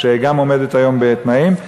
שגם עומדת היום בתנאים.